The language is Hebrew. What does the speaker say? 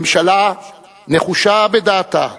הממשלה נחושה בדעתה,